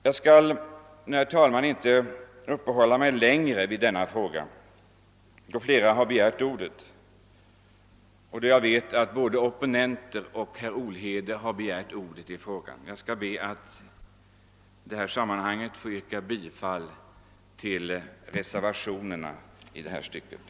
Jag skall, herr talman, inte uppehålla mig längre vid denna fråga, då jag vet att både opponenter och herr Olhede har begärt ordet. Jag ber att få yrka bifall till reservationen 4 vid punkten 18.